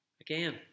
Again